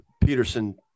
Peterson